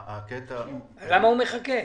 למה הוא מחכה?